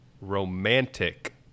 Romantic